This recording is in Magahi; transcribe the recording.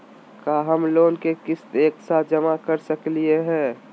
का हम लोन के किस्त एक साथ जमा कर सकली हे?